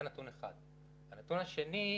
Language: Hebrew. הנתון השני.